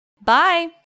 Bye